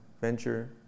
venture